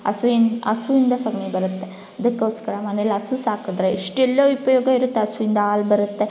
ಹಸುವಿನ ಹಸುನಿಂದ ಸೆಗಣಿ ಬರುತ್ತೆ ಅದಕ್ಕೋಸ್ಕರ ಮನೇಲ್ಲಿ ಹಸು ಸಾಕಿದ್ರೆ ಇಷ್ಟೆಲ್ಲ ಉಪ್ಯೋಗ ಇರುತ್ತೆ ಹಸುನಿಂದ ಹಾಲು ಬರುತ್ತೆ